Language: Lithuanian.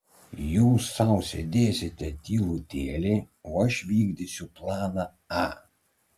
jūs sau sėdėsite tylutėliai o aš vykdysiu planą a